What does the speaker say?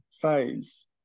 phase